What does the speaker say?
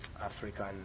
African